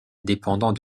dépendant